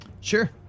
Sure